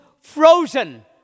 frozen